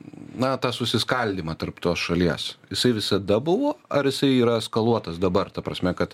na tą susiskaldymą tarp tos šalies jisai visada buvo ar jisai yra eskaluotas dabar ta prasme kad